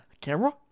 Camera